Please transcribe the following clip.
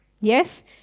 Yes